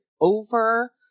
over